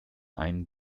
einen